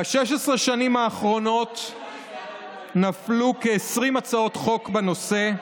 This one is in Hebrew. ב-16 השנים האחרונות נפלו כ-20 הצעות חוק בנושא,